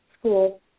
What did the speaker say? School